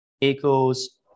equals